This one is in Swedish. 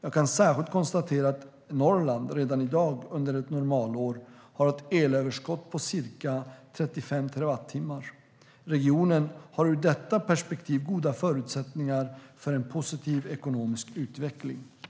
Redan i dag har Norrland under ett normalår ett elöverskott på ca 35 terawattimmar. Regionen har ur detta perspektiv goda förutsättningar för en positiv ekonomisk utveckling.